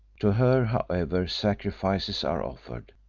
to her, however, sacrifices are offered,